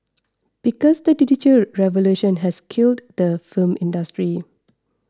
because the digital revolution has killed the film industry